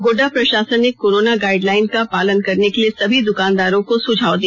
गोड्डा प्रशासन ने corona guideline का पालन करने के लिए सभी दुकानदारों को सुझाव दिया